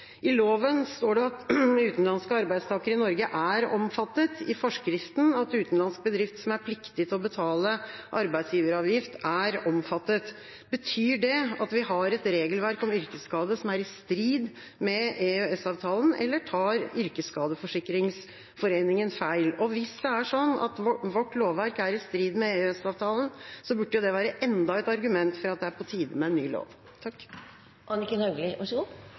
I loven står det at utenlandske arbeidstakere i Norge er omfattet, i forskriften at utenlandsk bedrift som er pliktig til å betale arbeidsgiveravgift, er omfattet. Betyr det at vi har et regelverk om yrkesskade som er i strid med EØS-avtalen, eller tar Yrkesskadeforsikringsforeningen feil? Hvis det er sånn at vårt lovverk er i strid med EØS-avtalen, burde det være enda et argument for at det er på tide med en ny lov. Det er vanskelig å skulle kommentere en enkeltsak som jeg ikke kjenner detaljene i, men så